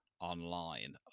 online